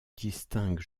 distingue